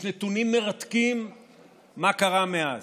יש נתונים מרתקים מה קרה מאז.